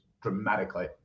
dramatically